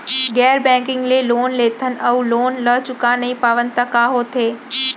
गैर बैंकिंग ले लोन लेथन अऊ लोन ल चुका नहीं पावन त का होथे?